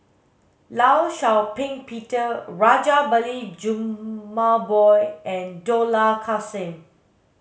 Law Shau Ping Peter Rajabali Jumabhoy and Dollah Kassim